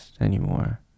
anymore